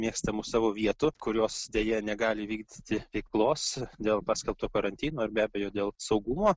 mėgstamų savo vietų kurios deja negali vykdyti veiklos dėl paskelbto karantino ir be abejo dėl saugumo